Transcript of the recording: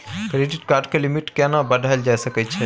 Credit card के limit केना बढायल जा सकै छै?